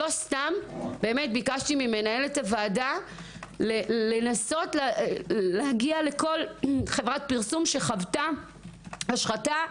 לא סתם ביקשתי ממנהלת הוועדה לנסות להגיע לכול חברת פרסום שחוותה השחתה,